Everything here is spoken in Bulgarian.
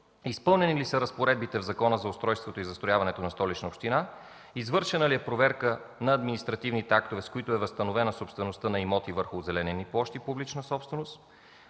изпълнени ли са разпоредбите в Закона за устройството и застрояването на Столична община? Извършена ли е проверка на административните актове, с които е възстановена собствеността на имоти върху озеленени площи – публична собственост?